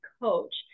coach